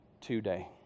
today